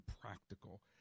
practical